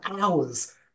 hours